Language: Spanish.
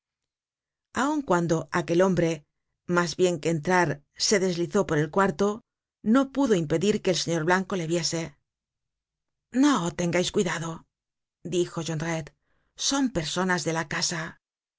aun cuando aquel hombre mas bien que entrar se deslizó por el cuarto no pudo impedir que el señor blanco le viese no tengais cuidado dijo jondrette son personas de la casa